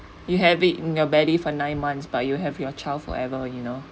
you have it in your belly for nine months but you have your child forever you know